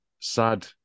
sad